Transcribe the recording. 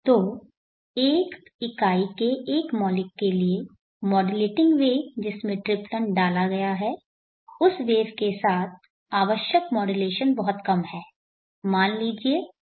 तो एक इकाई के एक मौलिक के लिए मॉड्यूलेटिंग वेव जिसमें ट्रिप्लन डाला गया है उस वेव के साथ आवश्यक माड्यूलेशन बहुत कम है मान लीजिए 086 है